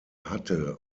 hatte